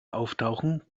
auftauchen